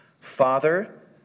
Father